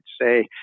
say